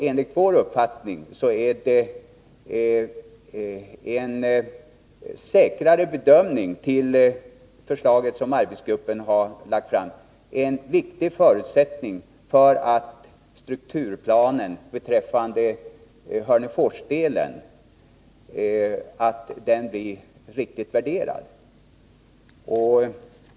Enligt vår uppfattning är det en säkrare bedömning av det förslag som arbetsgruppen har lagt fram, och det är en viktig förutsättning för att strukturplanen för Hörneforsdelen blir riktigt värderad.